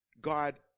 God